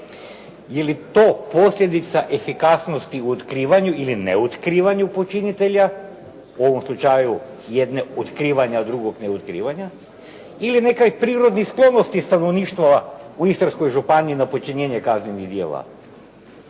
jeli to posljedica efikasnosti u otkrivanju ili neotkrivanju počinitelja u ovom slučaju jedne otkrivanja druge neotkrivanja ili neke prirodne sklonosti stanovništva u Istarskoj županiji na počinjenju kaznenih djela.